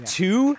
two